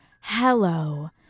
Hello